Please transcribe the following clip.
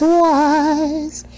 wise